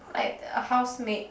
like the house maid